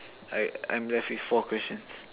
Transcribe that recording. I'm I'm left with four questions